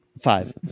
Five